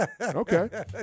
Okay